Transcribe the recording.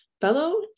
fellow